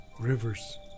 rivers